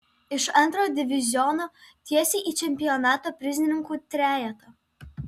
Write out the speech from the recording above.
iš antro diviziono tiesiai į čempionato prizininkų trejetą